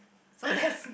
so that's